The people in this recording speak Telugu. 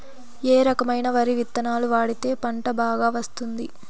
ఏ రకమైన వరి విత్తనాలు వాడితే పంట బాగా వస్తుంది?